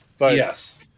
Yes